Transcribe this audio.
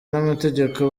n’amategeko